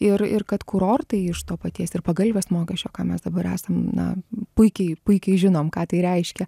ir ir kad kurortai iš to paties ir pagalvės mokesčio ką mes dabar esam na puikiai puikiai žinom ką tai reiškia